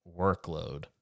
workload